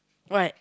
what